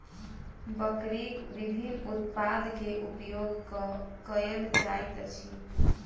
बकरीक विभिन्न उत्पाद के उपयोग कयल जाइत अछि